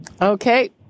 okay